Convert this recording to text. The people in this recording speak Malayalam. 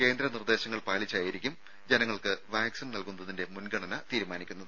കേന്ദ്ര നിർദേശങ്ങൾ പാലിച്ചായിരിക്കും ജനങ്ങൾക്ക് വാക്സിൻ നൽകുന്നതിന്റെ മുൻഗണന തീരുമാനിക്കുന്നത്